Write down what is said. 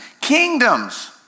Kingdoms